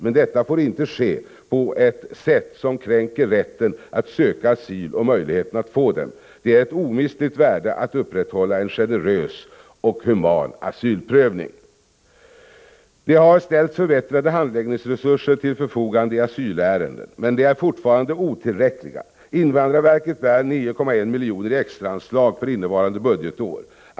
Men detta får inte ske på ett sätt som kränker rätten att söka asyl och möjligheten att få den. Det är ett omistligt värde att upprätthålla en generös och human asylprövning. Det har ställts förbättrade handläggningsresurser till förfogande i asylärenden, men de är fortfarande otillräckliga. Invandrarverket begär 9,1 milj.kr. i extra anslag för innevarande budgetår.